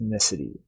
ethnicity